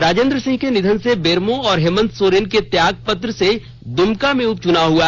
राजेंद्र सिंह के निधन से बेरमो और हेमंत सोरेन के त्यागपत्र से दुमका में उपचुनाव हुआ